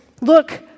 look